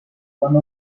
one